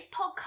podcast